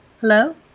Hello